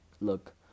Look